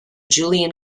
julian